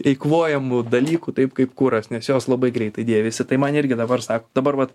eikvojamų dalykų taip kaip kuras nes jos labai greitai dėvisi tai man irgi dabar sako dabar vat